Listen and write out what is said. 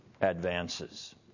advances